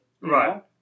Right